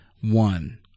One